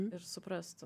ir suprastų